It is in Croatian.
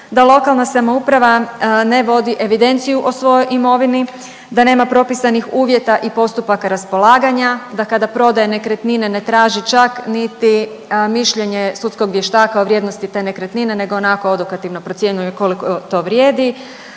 da lokalna samouprava ne vodi evidenciju o svojoj imovini, da nema propisanih uvjeta i postupaka raspolaganja, da kada prodaje nekretnine ne traži čak niti mišljenje sudskog vještaka u vrijednosti te nekretnine , nego onako odokativno procjenjuje koliko to vrijedi,